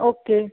okay